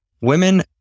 Women